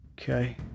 Okay